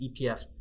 EPF